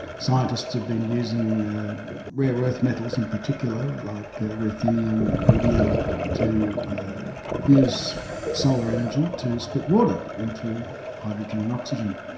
scientists have been using rare earth metals in particular, like ruthenium and iridium to use solar energy to split water into hydrogen and oxygen.